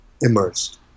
immersed